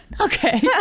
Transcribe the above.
Okay